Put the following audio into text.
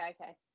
okay